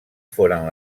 foren